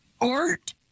art